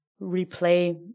replay